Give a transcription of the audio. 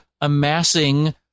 amassing